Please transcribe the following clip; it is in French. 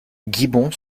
gibbon